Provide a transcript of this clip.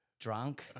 drunk